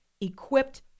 equipped